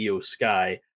Sky